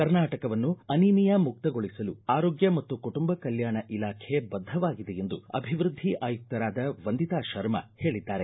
ಕರ್ನಾಟಕವನ್ನು ಅನಿಮೀಯ ಮುಕ್ತೆಗೊಳಿಸಲು ಆರೋಗ್ಯ ಮತ್ತು ಕುಟುಂಬ ಕಲ್ಕಾಣ ಇಲಾಖೆ ಬಧವಾಗಿದೆ ಎಂದು ಅಭಿವೃದ್ಧಿ ಆಯುಕ್ತರಾದ ವಂದಿತಾ ಶರ್ಮಾ ಹೇಳಿದ್ದಾರೆ